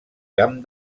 camp